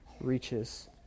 reaches